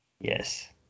Yes